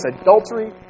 adultery